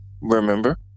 remember